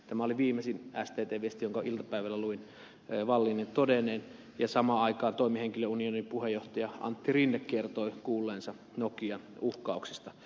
tämä oli viimeisin sttn viesti jonka iltapäivällä luin wallinin todenneen ja samaan aikaan toimihenkilöunionin puheenjohtaja antti rinne kertoi kuulleensa nokian uhkauksista